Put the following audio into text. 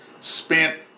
Spent